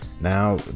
Now